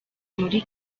muri